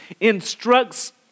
instructs